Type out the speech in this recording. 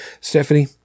Stephanie